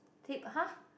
!huh!